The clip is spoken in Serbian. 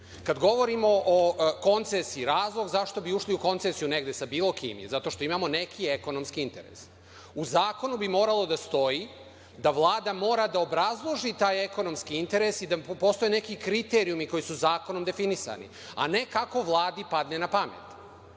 govorimo o koncesiji, razlog zašto bi ušli u koncesiju negde, sa bilo kim je zato što imamo neki ekonomski interes. U zakonu bi moralo da stoji da Vlada mora da obrazloži taj ekonomski interes i da postoje neki kriterijumi koji su zakonom definisani, a ne kako Vladi padne na pamet. Kad